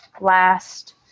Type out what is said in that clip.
last